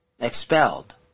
Expelled